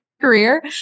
Career